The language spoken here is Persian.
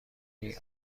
آید